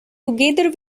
together